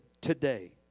today